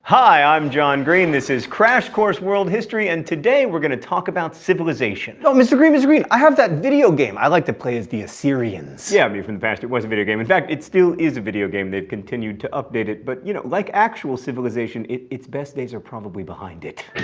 hi, i'm john green. this is crash course world history, and today we're going to talk about civilization. oh, mr. green, mr. green i have that video game. i like to play as the assyrians! yeah, me from the past. it was a video game. in fact, it still is a video game they've continued to update it. but, you know, like actual civilization, its best days are probably behind it.